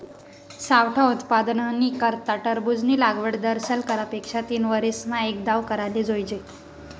सावठा उत्पादननी करता टरबूजनी लागवड दरसाल करा पेक्षा तीनवरीसमा एकदाव कराले जोइजे